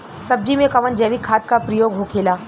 सब्जी में कवन जैविक खाद का प्रयोग होखेला?